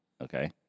okay